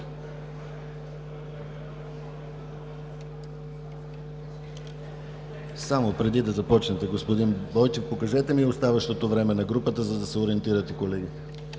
Преди да започне господин Бойчев, покажете ми оставащото време на групата, за да се ориентират и колегите.